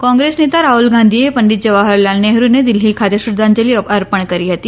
કોંગ્રેસ નેતા રાહુલ ગાંધીએ પંડિત જવાહરલાલ નેહરુને દિલ્હી ખાતે શ્રદ્ધાંજલિ અર્પણ કરી હતી